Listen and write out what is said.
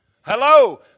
Hello